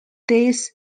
this